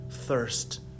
thirst